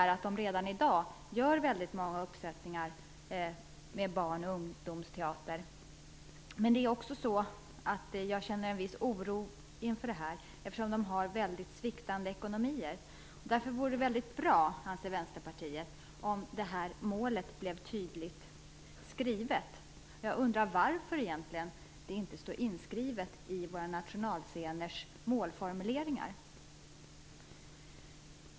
Redan i dag gör de många uppsättningar med barn och ungdomsteater. Men jag känner en viss oro inför detta eftersom man har sviktande ekonomier. Vänsterpartiet anser därför att det vore bra om målet blev tydligt skrivet. Jag undrar varför det egentligen inte står inskrivet i våra nationalsceners målformuleringar.